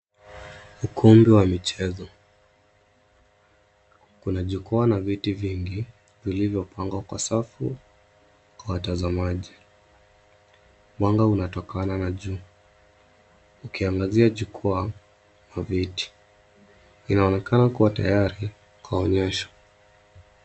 Ukumbi wa michezo. Kuna jukwaa na viti vingi vilivyopangwa kwa safu kwa watazamaji. Mwanga unatokana na jua ukiangazia jukwaa na viti .Inaonekana kuwa tayari kwa onyesho.